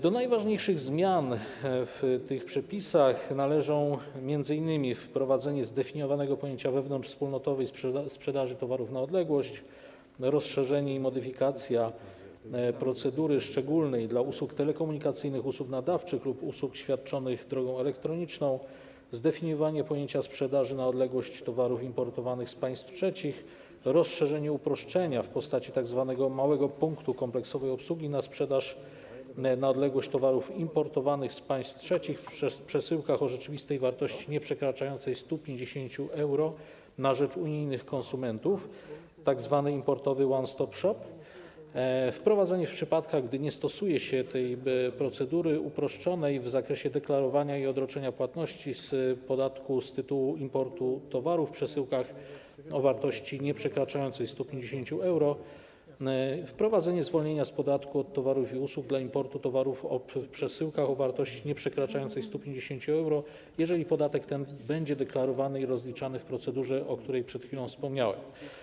Do najważniejszych zmian w tych przepisach należą m.in. wprowadzenie zdefiniowanego pojęcia wewnątrzwspólnotowej sprzedaży towarów na odległość, rozszerzenie i modyfikacja procedury szczególnej dla usług telekomunikacyjnych, usług nadawczych lub usług świadczonych drogą elektroniczną, zdefiniowanie pojęcia sprzedaży na odległość towarów importowanych z państw trzecich, rozszerzenie uproszczenia w postaci tzw. małego punktu kompleksowej obsługi na sprzedaż na odległość towarów importowanych z państw trzecich w przesyłkach o rzeczywistej wartości nieprzekraczającej 150 euro na rzecz unijnych konsumentów, tzw. importowy one stop shop, wprowadzenie w przypadkach, gdy nie stosuje się tego, uproszczonej procedury w zakresie deklarowania i odroczenia płatności z podatku z tytułu importu towarów w przesyłkach o wartości nieprzekraczającej 150 euro, wprowadzenie zwolnienia z podatku od towarów i usług dla importu towarów w przesyłkach o wartości nieprzekraczającej 150 euro, jeżeli podatek ten będzie deklarowany i rozliczany w procedurze, o której przed chwilą wspomniałem.